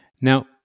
Now